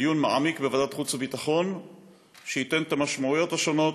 דיון מעמיק בוועדת החוץ והביטחון ייתן את המשמעויות השונות,